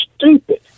stupid